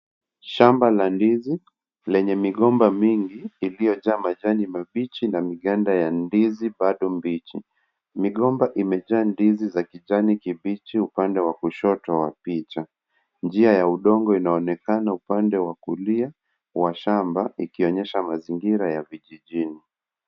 Shamba la ndizi lenye migomba mingi iliyojaa majani mabichi na miganda ya ndizi bado mbichi. Migomba imejaa ndizi za kijani kibichi upande wa kushoto wa picha njia ya udongo inaonekana upande wa kulia wa shamba ikionyesha mazingira ya vijijini.